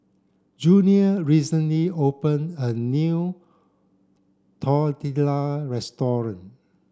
Junior recently open a new Tortilla restaurant